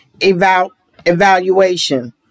evaluation